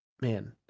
man